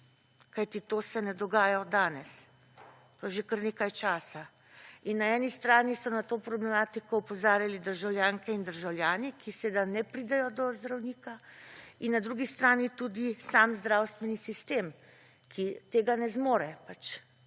kajti to se ne dogaja od danes, to je že kar nekaj časa. In na eni strani so na to problematiko opozarjali državljanke in državljani, ki seveda ne pridejo do zdravnika, in na drugi strani tudi sam zdravstveni sistem, ki tega ne zmore. Pač